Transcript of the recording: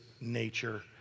nature